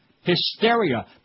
Hysteria